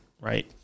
right